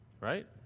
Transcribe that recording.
Right